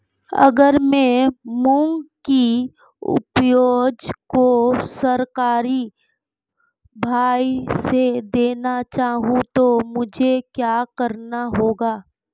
अगर मैं मूंग की उपज को सरकारी भाव से देना चाहूँ तो मुझे क्या करना होगा?